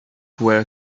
were